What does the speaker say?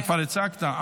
כבר הצגת.